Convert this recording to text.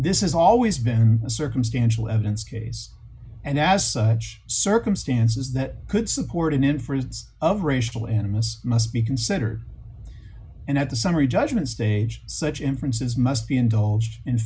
this is always been a circumstantial evidence case and as such circumstances that could support an inference of racial animus must be considered and that the summary judgment stage such inferences must be indulged in